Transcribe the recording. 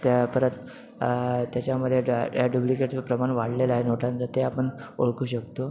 त्या परत त्याच्यामधे डा डा डूप्लिकेटचं प्रमाण वाढलेलं आहे नोटांचं ते आपण ओळखू शकतो